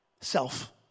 self